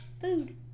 food